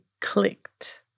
clicked